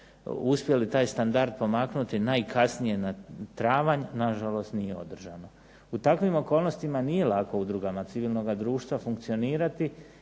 uspjeli taj standard pomaknuti najkasnije na travanj na žalost nije održano. U takvim okolnostima nije lako udrugama civilnoga društva funkcionirati,